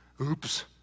Oops